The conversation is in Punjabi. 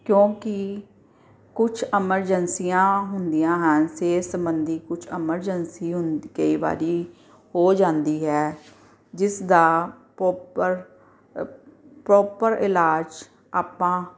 ਕਿਉਂਕਿ ਕੁਛ ਐਮਰਜੈਂਸੀਆਂ ਹੁੰਦੀਆਂ ਹਨ ਸਿਹਤ ਸੰਬੰਧੀ ਕੁਛ ਐਮਰਜੈਂਸੀ ਹੁੰਦੀ ਕਈ ਵਾਰ ਹੋ ਜਾਂਦੀ ਹੈ ਜਿਸ ਦਾ ਪੋਪਰ ਪ੍ਰੋਪਰ ਇਲਾਜ ਆਪਾਂ